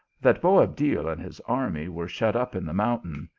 that boabdil and his army were shut up in the mountain,